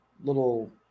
little